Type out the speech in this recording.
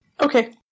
Okay